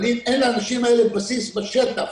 אבל אם אין לאנשים האלה בסיס בשטח